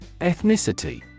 Ethnicity